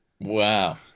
Wow